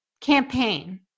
campaign